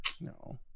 no